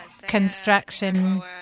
construction